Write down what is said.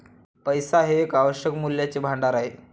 पैसा हे एक आवश्यक मूल्याचे भांडार आहे